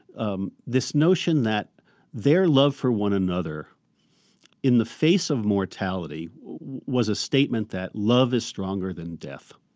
um this notion that their love for one another in the face of mortality was a statement that love is stronger than death.